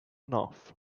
enough